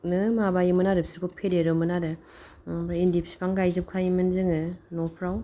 नो माबायोमोन आरो बिसोरखौ फेदेरोमोन आरो ओमफ्राय इन्दि फिफां गायजोबखायोमोन जोङो न'फ्राव